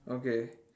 okay